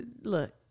look